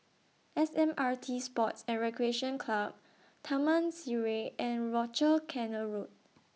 S M R T Sports and Recreation Club Taman Sireh and Rochor Canal Road